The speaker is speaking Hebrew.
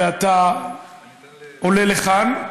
ואתה עולה לכאן,